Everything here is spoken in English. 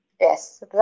Yes